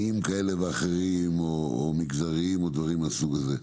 אמונים כאלה ואחרים או מגזריים או דברים מסוג זה.